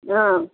ஆ